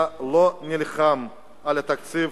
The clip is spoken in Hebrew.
אתה לא נלחם על התקציב